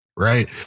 Right